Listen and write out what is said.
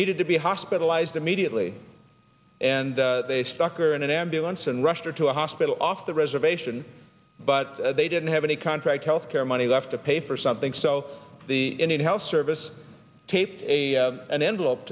needed to be hospitalized immediately and they stuck or in an ambulance and rushed her to a hospital off the reservation but they didn't have any contract health care money left to pay for something so the indian health service taped a an envelope